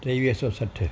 टेवीह सौ सठि